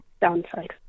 downside